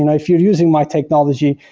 and if you're using my technology,